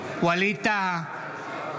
טאהא,